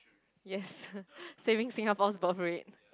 yes saving Singapore's birth rate